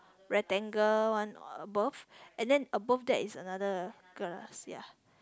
rectangle one above and then above that is another glass ya